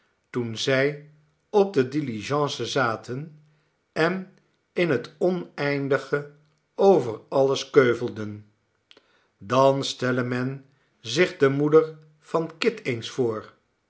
toen zij op de diligence zaten en in het oneindige over dat alles keuvelden dan stelle men zich de moeder van kit eens voor